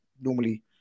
Normally